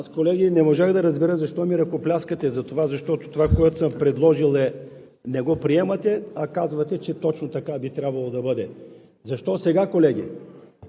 Аз, колеги, не можах да разбера защо ми ръкопляскате? Затова, защото това, което съм предложил, не го приемате, а казвате, че точно така би трябвало да бъде. Защо сега, колеги?